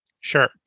Sure